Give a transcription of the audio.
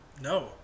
No